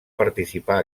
participar